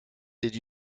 did